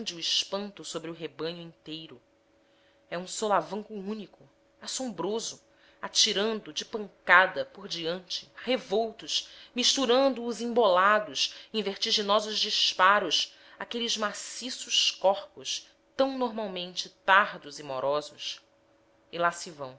o espanto sobre o rebanho inteiro é um solavanco único assombroso atirando de pancada por diante revoltos misturando se embolados em vertiginosos disparos aqueles maciços corpos tão normalmente tardos e morosos e lá se vão